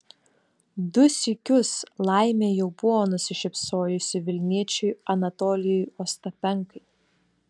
du sykius laimė jau buvo nusišypsojusi vilniečiui anatolijui ostapenkai